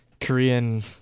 Korean